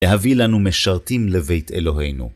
להביא לנו משרתים לבית אלוהינו.